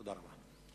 תודה רבה.